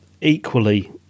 equally